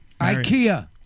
IKEA